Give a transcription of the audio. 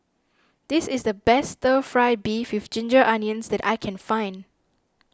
this is the best Stir Fry Beef with Ginger Onions that I can find